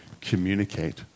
communicate